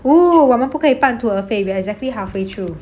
oh 我们不可以半途而废 we are exactly halfway through